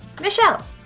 Michelle